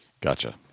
Gotcha